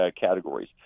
categories